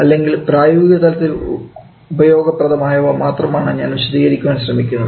അല്ലെങ്കിൽ പ്രായോഗികതലത്തിൽ ഉപയോഗപ്രദമായവ മാത്രമാണ് ഞാൻ വിശദീകരിക്കുവാൻ ശ്രമിക്കുന്നത്